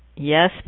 Yes